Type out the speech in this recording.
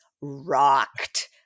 rocked